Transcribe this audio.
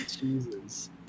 Jesus